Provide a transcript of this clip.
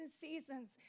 seasons